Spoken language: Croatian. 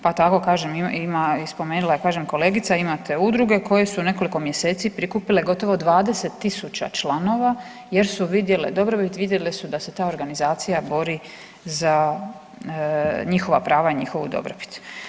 Pa tako kažem ima i spomenula je, kažem kolegica ima te udruge koje su u nekoliko mjeseci prikupile gotovo 20.000 članova jer su vidjele, dobrobit, vidjele su da se ta organizacija bori za njihova prava i njihovu dobrobit.